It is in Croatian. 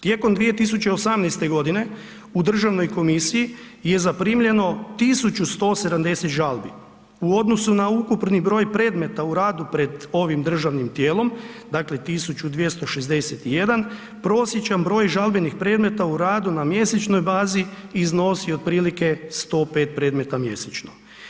Tijekom 2018. g. u Državnoj komisiji je zaprimljeno 1170 žalbi, u odnosu na ukupni broj predmeta u radu pred ovim državnim tijelom, dakle 1261, prosječan broj žalbenih predmeta u radu na mjesečnoj bazi iznosi otprilike 105 predmeta mjesečno.